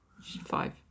Five